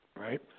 right